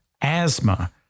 asthma